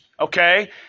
Okay